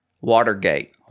Watergate